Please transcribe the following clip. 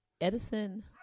edison